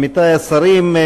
עמיתי השרים,